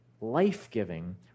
life-giving